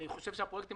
אני חושב שהפרויקטים